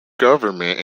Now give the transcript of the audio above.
government